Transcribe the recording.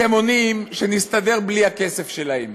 אתם עונים שנסתדר בלי הכסף שלהם.